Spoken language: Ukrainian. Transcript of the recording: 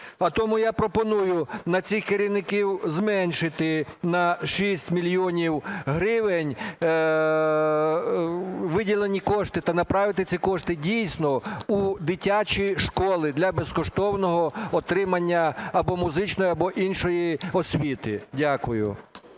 Потому я пропоную на цих керівників зменшити на 6 мільйонів гривень виділені кошти та направити ці кошти дійсно у дитячі школи для безкоштовного отримання або музичної, або іншої освіти. Дякую.